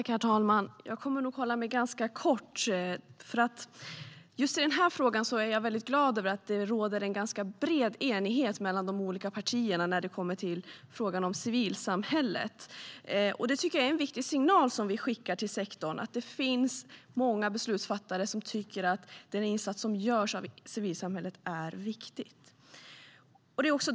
Herr talman! Jag kommer att hålla mig ganska kort, för just i den här frågan är jag väldigt glad över att det råder en ganska bred enighet mellan de olika partierna när det kommer till frågan om civilsamhället. Det tycker jag är en viktig signal som vi skickar till sektorn, att det finns många beslutsfattare som tycker att den insats som görs av civilsamhället är viktig.